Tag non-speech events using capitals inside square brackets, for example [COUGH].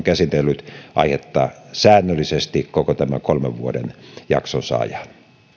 [UNINTELLIGIBLE] käsitellyt aihetta säännöllisesti koko tämän kolmen vuoden jaksonsa ajan